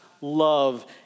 love